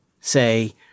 say